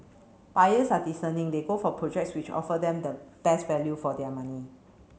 buyers are discerning they go for projects which offer them the best value for their money